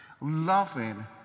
loving